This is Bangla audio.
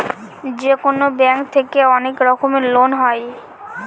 যেকোনো ব্যাঙ্ক থেকে অনেক রকমের লোন হয়